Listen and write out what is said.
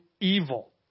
evil